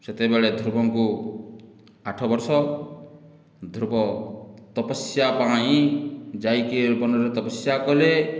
ସେତେବେଳେ ଧ୍ରୁବଙ୍କୁ ଆଠ ବର୍ଷ ଧ୍ରୁବ ତପସ୍ୟା ପାଇଁ ଯାଇକି ବନରେ ତପସ୍ୟା କଲେ